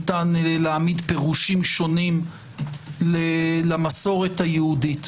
ניתן להעמיד פירושים שונים למסורת היהודית.